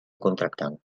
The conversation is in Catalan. contractant